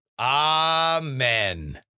Amen